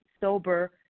sober